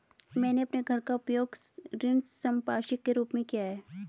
मैंने अपने घर का उपयोग ऋण संपार्श्विक के रूप में किया है